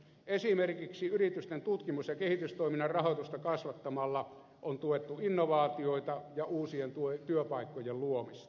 esimerkiksi yritysten tutkimus ja kehitystoiminnan rahoitusta kasvattamalla on tuettu innovaatioita ja uusien työpaikkojen luomista